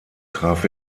traf